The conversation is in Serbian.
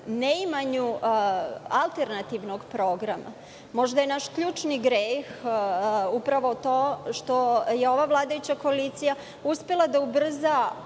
neimanju alternativnog programa. Možda je naš ključni greh upravo to što je ova vladajuća koalicija uspela da ubrza